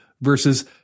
versus